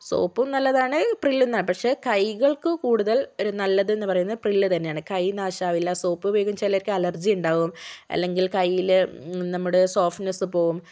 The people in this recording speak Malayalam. സോപ്പും നല്ലതാണ് പ്രില്ലും പക്ഷെ കൈകൾക്ക് കൂടുതൽ ഒരു നല്ലതെന്ന് പറയുന്നത് പ്രില്ല് തന്നെയാണ് കൈ നാശമാകില്ല സോപ്പുപയോഗിക്കുമ്പോൾ ചിലവർക്ക് അലർജി ഉണ്ടാകും അല്ലെങ്കിൽ കയ്യിൽ നമ്മുടെ സോഫ്റ്റ്നസ് പോകും